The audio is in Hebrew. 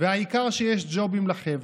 והעיקר שיש ג'ובים לחבר'ה,